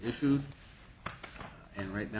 issued and right now